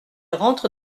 rentre